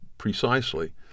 precisely